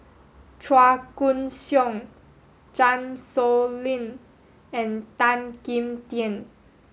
Chua Koon Siong Chan Sow Lin and Tan Kim Tian